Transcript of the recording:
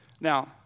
Now